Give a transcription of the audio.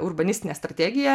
urbanistinę strategiją